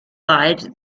side